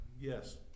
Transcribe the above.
Yes